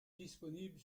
disponible